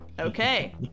Okay